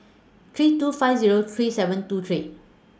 three two five Zero three seven two three